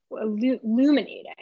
illuminating